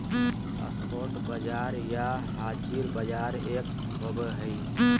spot बाजार या हाज़िर बाजार एक होबो हइ